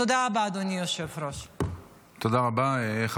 תודה רבה, אדוני היושב-ראש.